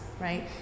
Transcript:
right